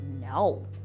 no